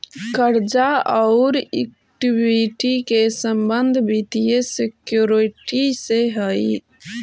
कर्जा औउर इक्विटी के संबंध वित्तीय सिक्योरिटी से हई